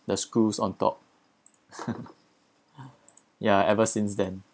the screws on top yeah ever since then